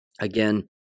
Again